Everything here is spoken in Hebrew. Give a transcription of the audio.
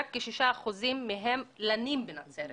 רק כשישה אחוזים מהם לנים בנצרת